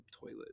toilet